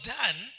done